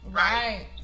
right